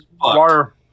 water